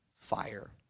Fire